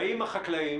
באים החקלאים,